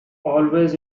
always